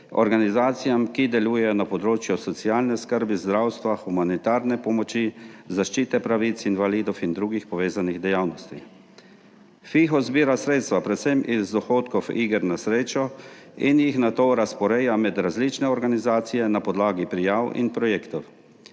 organizacijam, ki delujejo na področju socialne skrbe, zdravstva, humanitarne pomoči, zaščite pravic invalidov in drugih povezanih dejavnosti. FIHO zbira sredstva predvsem iz dohodkov iger na srečo in jih nato razporeja med različne organizacije na podlagi prijav in projektov.